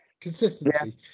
Consistency